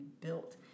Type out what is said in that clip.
built